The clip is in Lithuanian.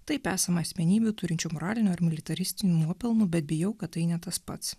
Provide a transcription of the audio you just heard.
taip esama asmenybių turinčių moralinių ar militaristinių nuopelnų bet bijau kad tai ne tas pats